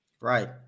Right